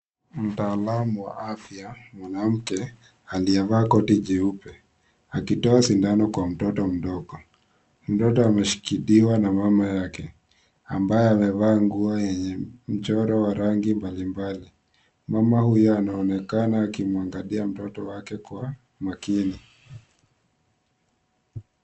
Mtaalamu wa afya mwanamke aliyevaa koti jeupe akitoa sindano kwa mtoto mdogo. Mtoto ameshikiliwa na mama yake ambaye amevaa nguo yenye mchoro wa rangi mbalimbali. Mama huyo anaonekana akimwangalia mtoto wake kwa makini.